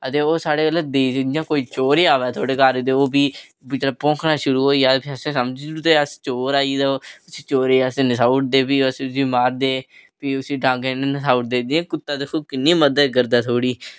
ते साढ़े अल्ल दिखदे इं'या कोई चोर ई आवै थुआढ़े घर कोई बेचारा भौंकना शुरू करी ओड़ ते समझने अस की चोर आई दा साढ़े घर उसी चोरै गी अस नसाई ओड़दे भी उसी अस मारदे ते भी डांगें नै उफसी नसाई ओड़दे दिक्खो कुत्ता किन्नी मदद करदा थुआढ़ी